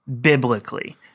biblically